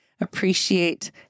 appreciate